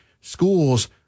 schools